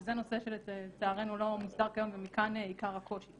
שזה נושא שלצערנו לא מוסדר כיום ומכאן עיקר הקושי.